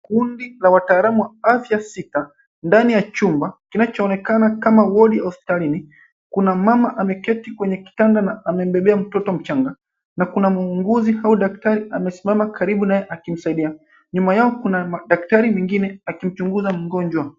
Kundi la wataalamu wa afya sita, ndani ya chumba kinachoonekana kama wodi hospitalini. Kuna mama ameketi kwenye kitanda na amebebea mtoto mchanga na kuna muuguzi au daktari amesimama karibu naye akimsaidia. Nyuma yao kuna daktari mwingine akimchunguza mgonjwa.